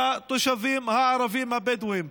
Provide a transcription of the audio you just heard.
לתושבים הערבים הבדואים.